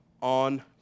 on